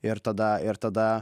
ir tada ir tada